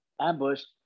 ambushed